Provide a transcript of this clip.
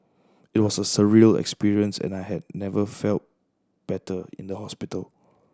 it was a surreal experience and I had never felt better in the hospital